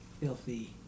filthy